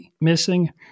missing